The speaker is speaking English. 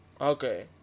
Okay